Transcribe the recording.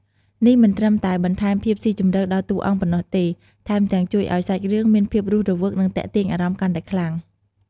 នេះមិនត្រឹមតែបន្ថែមភាពស៊ីជម្រៅដល់តួអង្គប៉ុណ្ណោះទេ ថែមទាំងជួយឱ្យសាច់រឿងមានភាពរស់រវើក និងទាក់ទាញអារម្មណ៍កាន់តែខ្លាំង។